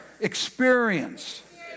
experience